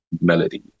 melody